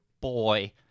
boy